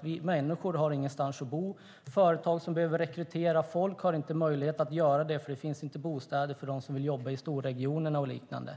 Vi människor har ingenstans att bo. Företag som behöver rekrytera folk har inte möjlighet att göra det, för det finns inte bostäder för dem som vill jobba i storregionerna och liknande.